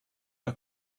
got